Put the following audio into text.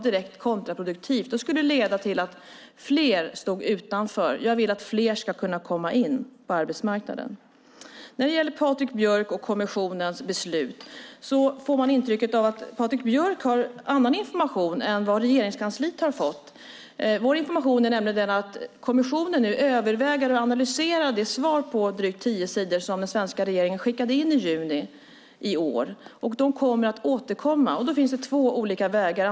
Det skulle leda till att fler stod utanför. Jag vill att fler ska kunna komma in på arbetsmarknaden. När det gäller Patrik Björck och kommissionens beslut får man intrycket att Patrik Björck har annan information än vad Regeringskansliet har fått. Vår information är nämligen att kommissionen nu överväger att analysera det svar på drygt tio sidor som den svenska regeringen skickade in i juni i år. Kommissionen kommer att återkomma. Då finns det två olika vägar att gå.